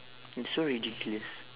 and so ridiculous